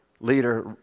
leader